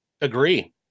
agree